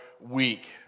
week